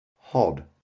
hod